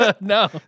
No